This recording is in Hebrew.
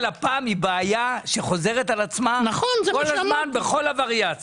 הלפ"ם חוזרת על עצמה כל הזמן בכל הווריאציות.